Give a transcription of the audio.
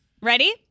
Ready